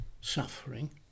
suffering